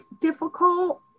difficult